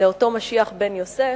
לאותו משיח בן יוסף,